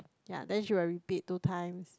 yea then she will repeat two times